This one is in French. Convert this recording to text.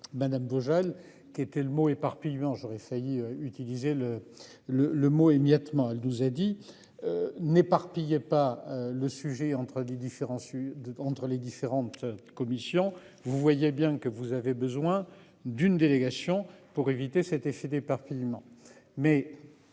Madame Bougel qui était le mot éparpillement j'aurais failli utiliser le le le mot émiettement elle nous a dit. N'éparpillés pas le sujet entre les différents sur deux entre les différentes commissions. Vous voyez bien que vous avez besoin d'une délégation pour éviter cet effet d'éparpillement